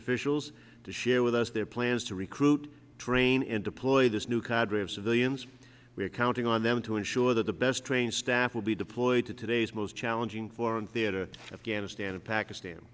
officials to share with us their plans to recruit train and deploy this new cadre of civilians we are counting on them to ensure that the best trained staff will be deployed to today's most challenging foreign theater afghanistan and pakistan